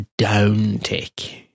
downtick